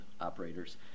operators